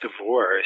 divorce